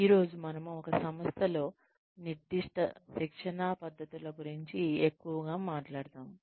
ఈ రోజు మనము ఒక సంస్థలో నిర్దిష్ట శిక్షణా పద్ధతుల గురించి ఎక్కువగా మాట్లాడుతాము